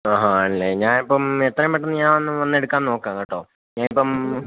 ആ ഹാ ആണല്ലേ ഞാന് അപ്പം എത്രയും പെട്ടെന്ന് ഞാനൊന്ന് വന്ന് എടുക്കാൻ നോക്കാം കേട്ടോ ഞാനിപ്പം